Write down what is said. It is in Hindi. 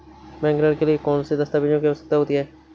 बैंक ऋण के लिए कौन से दस्तावेजों की आवश्यकता है?